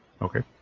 Okay